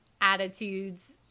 attitudes